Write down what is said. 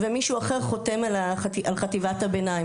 ומישהו אחר חותם על חטיבת הביניים,